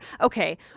Okay